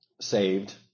saved